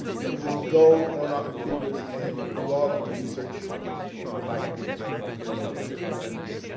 you could just go on our computers and do all of the research you would like to do on those particular records.